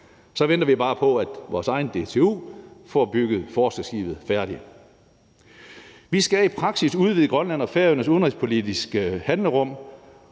Så venter vi bare på, at vores eget DTU får bygget forskningsskibet færdigt. Vi skal i praksis udvide Grønlands og Færøernes udenrigspolitiske handlerum,